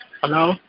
hello